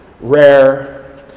rare